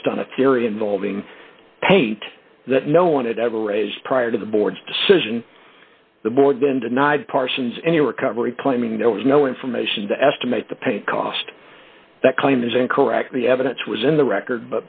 based on a theory involving paint that no one had ever raised prior to the board's decision the board then denied parsons any recovery claiming there was no information to estimate the pain cost that claim is incorrect the evidence was in the record